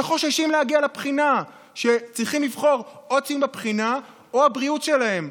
שחוששים להגיע לבחינה וצריכים לבחור: או ציון בבחינה או הבריאות שלהם.